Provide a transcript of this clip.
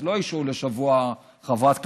אז לא השעו לשבוע חברת כנסת,